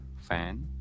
fan